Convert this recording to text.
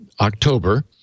October